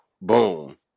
boom